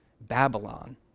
Babylon